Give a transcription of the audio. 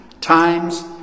times